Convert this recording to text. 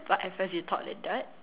but at first you thought like that